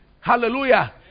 Hallelujah